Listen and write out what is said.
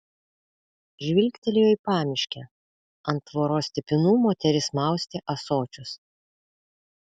žvilgtelėjo į pamiškę ant tvoros stipinų moteris maustė ąsočius